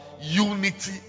unity